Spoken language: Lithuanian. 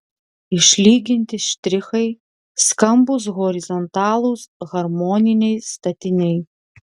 išlyginti štrichai skambūs horizontalūs harmoniniai statiniai